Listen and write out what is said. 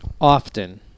often